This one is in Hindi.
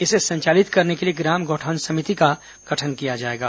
इसे संचालित करने के लिए ग्राम गौठान समिति का गठन किया जायेगा